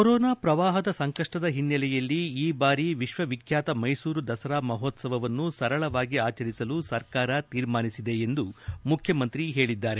corona ಶ್ರವಾಹದ ಸಂಕಷ್ಟದ ಹಿನ್ನೆಲೆಯಲ್ಲಿ ಈ ಬಾರಿ ವಿಶ್ವವಿಖ್ಯಾತ ಮೈಸೂರು ದಸರಾ ಮಹೋತ್ಲವವನ್ನು ಸರಳವಾಗಿ ಆಚರಿಸಲು ಸರ್ಕಾರ ತೀರ್ಮಾನಿಸಿದೆ ಎಂದು ಮುಖ್ಯಮಂತ್ರಿ ಹೇಳದ್ದಾರೆ